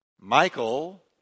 Michael